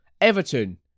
Everton